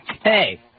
Hey